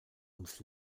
ums